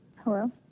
Hello